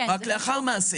רק לאחר מעשה.